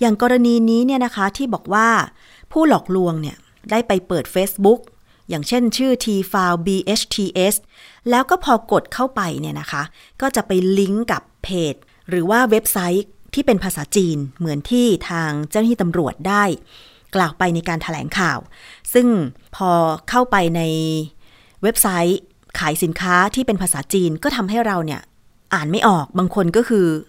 อย่างกรณีนี้เนี่ยนะคะ ที่บอกว่าผู้หลอกลวงเนี่ยได้ไปเปิด Facebook อย่างเช่นชื่อ T-file BHTS แล้วก็พอกดเข้าไปเนี่ยนะคะ ก็จะไปลิงก์กับเพจหรือว่าเว็บไซต์ที่เป็นภาษาจีน เหมือนที่ทางเจ้าหน้าที่ตำรวจได้กล่าวไปในการแถลงข่าว ซึ่งพอเข้าไปในเว็บไซต์ขายสินค้าที่เป็นภาษาจีน ก็ทำให้เราเนี่ยอ่านไม่ออก บางคนก็คือ